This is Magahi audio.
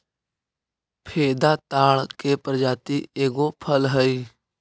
फेदा ताड़ के प्रजाति के एगो फल हई